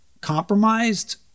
compromised